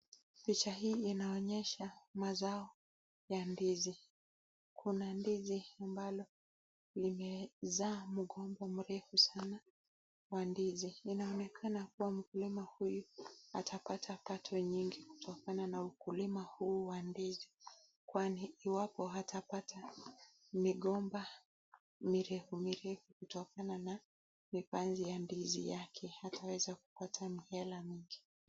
Picha hii inaonyesha mazao ya ndizi kuna ndizi ambalo limezaa mgombo mrefu sana wa ndizi inaonekana kuwa mkulima huyu atapata pato nyingi kutokana na ukulima huu wa ndizi kwani iwapo hatapata migomba mirefu mirefu kutokana na mipanzi ya ndizi yake hataweza kupata mihela mingi